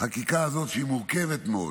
החקיקה הזאת, שהיא מורכבת מאוד,